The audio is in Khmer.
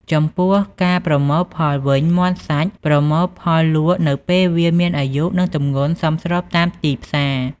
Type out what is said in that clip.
ហើយចំពោះការប្រមូលផលវិញ មាន់សាច់ ប្រមូលផលលក់នៅពេលវាមានអាយុនិងទម្ងន់សមស្របតាមទីផ្សារ។